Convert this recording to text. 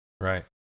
Right